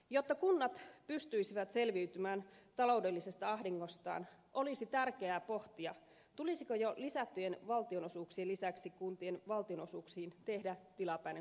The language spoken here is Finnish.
jotta kunnat pystyisivät selviytymään taloudellisesta ahdingostaan olisi tärkeää pohtia tulisiko jo lisättyjen valtionosuuksien lisäksi kuntien valtionosuuksiin tehdä tilapäinen korotus